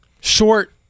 short –